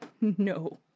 No